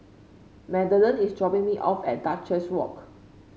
Magdalen is dropping me off at Duchess Walk